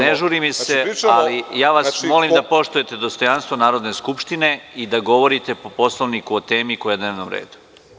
Ne žuri mi se, ali ja vas molim da poštujete dostojanstvo Narodne skupštine i da govorite, po Poslovniku, o temi koja je na dnevnom redu.